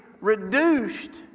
reduced